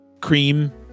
cream